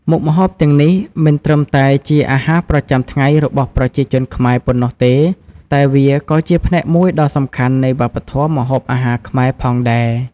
មុខម្ហូបទាំងនេះមិនត្រឹមតែជាអាហារប្រចាំថ្ងៃរបស់ប្រជាជនខ្មែរប៉ុណ្ណោះទេតែវាក៏ជាផ្នែកមួយដ៏សំខាន់នៃវប្បធម៌ម្ហូបអាហារខ្មែរផងដែរ។